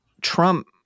Trump